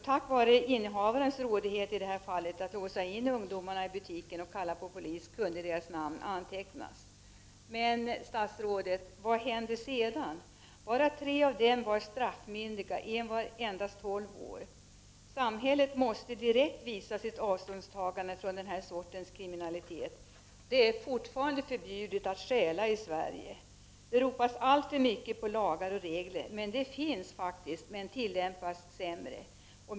Tack vare innehavarens rådighet att i alla fall låsa in ungdomarna i butiken och kalla på polis kunde deras namn antecknas. Men, statsrådet, vad händer sedan? Bara tre av ungdomarna var straffmyn diga. En var endast tolv år. Samhället måste direkt visa sitt avståndstagande Prot. 1989/90:34 från denna sorts kriminalitet. Det är fortfarande förbjudet att stjäla i Sve 28 november 1989 rige. Det ropas alltför mycket på lagar och regler. Sådana finns faktisktymen. tillämpas inte särskilt väl.